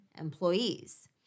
employees